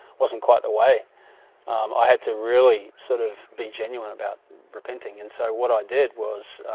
wasn't. quite the way i had to really sort of be genuine about repenting and so what i did was?